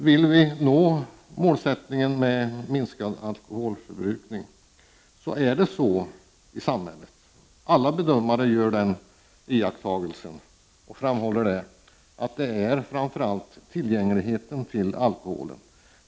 Om vi vill att målet om en minskning av alkoholförbrukningen skall kunna uppnås är det enligt alla bedömare framför allt tillgängligheten när det gäller alkohol i samhället som är avgörande.